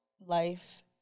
life